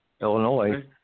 Illinois